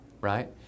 right